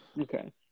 Okay